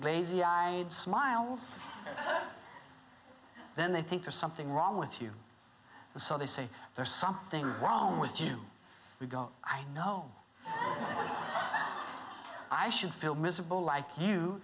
lazy i smiles then they think there's something wrong with you so they say there's something wrong with you we go i know i should feel miserable